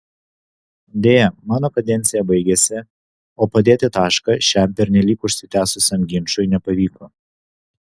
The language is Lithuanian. deja mano kadencija baigėsi o padėti tašką šiam pernelyg užsitęsusiam ginčui nepavyko